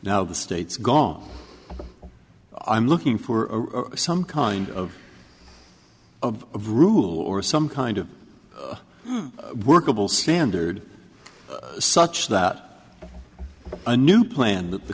now the state's gone i'm looking for some kind of a of rule or some kind of workable standard such that a new plan that the